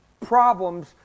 problems